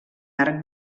arc